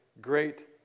great